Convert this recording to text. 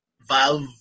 Valve